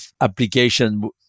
application